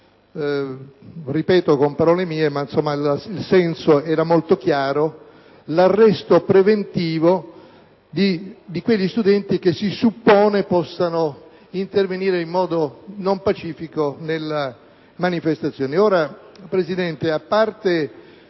ripeto con parole mie, ma il senso era molto chiaro - l'arresto preventivo di quegli studenti che si suppone possano intervenire in modo non pacifico nella prossima manifestazione. Signor Presidente, a parte